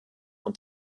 und